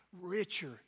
richer